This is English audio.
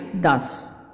thus